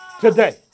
today